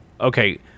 okay